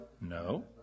No